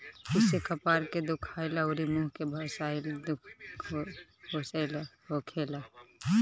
एसे कपार के दुखाइल अउरी मुंह के बसाइल दूर होखेला